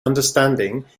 understanding